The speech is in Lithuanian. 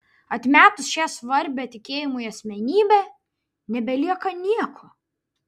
atmetus šią svarbią tikėjimui asmenybę nebelieka nieko